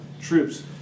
troops